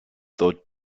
thought